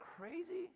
crazy